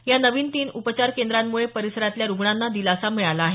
या नवीन तीन उपचार केंद्रामुळे परिसरातील रुग्णांना दिलासा मिळाला आहे